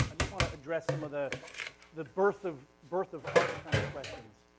and just want to address some of the the birth of birth of art kind of questions.